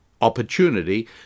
opportunity